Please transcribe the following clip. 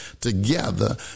together